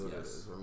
Yes